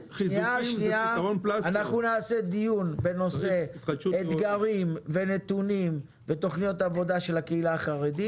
אנחנו נעשה דיון בנושא אתגרים ונתונים ותוכניות עבודה בקהילה החרדית.